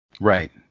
Right